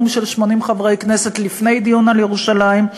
של 80 חברי כנסת לפני דיון על ירושלים,